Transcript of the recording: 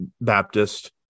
Baptist